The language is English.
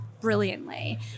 brilliantly